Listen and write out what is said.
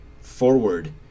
forward